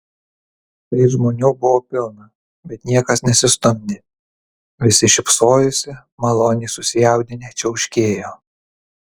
tai žmonių buvo pilna bet niekas nesistumdė visi šypsojosi maloniai susijaudinę čiauškėjo